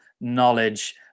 knowledge